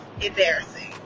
embarrassing